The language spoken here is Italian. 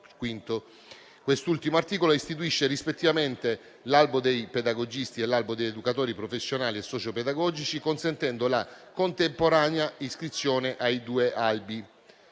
Quest'ultimo articolo istituisce, rispettivamente, l'albo dei pedagogisti e l'albo degli educatori professionali e socio-pedagogici, consentendo la contemporanea iscrizione ai due albi.